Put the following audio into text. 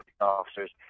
officers